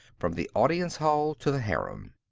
from the audience hall to the harem.